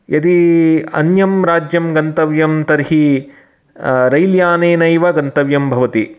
यदि अन्यं राज्यं गन्तव्यं तर्हि रैल्यानेनैव गन्तव्यं भवति